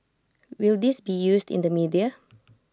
will this be used in the media